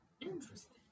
Interesting